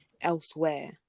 elsewhere